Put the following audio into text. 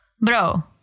bro